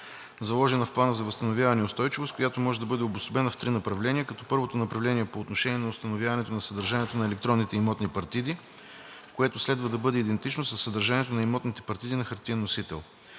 заложена в Плана за възстановяване и устойчивост, която може да бъде обособена в три направления, като първото направление е по отношение на установяването на съдържанието на електронните имотни партиди, което следва да бъде идентично със съдържанието на имотните партиди на хартиен носител.